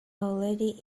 already